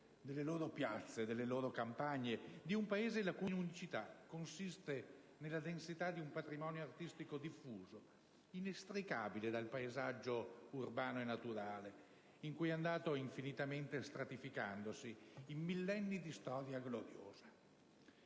delle loro piazze, delle loro campagne, di un Paese la cui unicità consiste nella densità di un patrimonio artistico diffuso, inestricabile dal paesaggio urbano e naturale, in cui è andato infinitamente stratificandosi, in millenni di storia gloriosa.